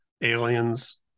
aliens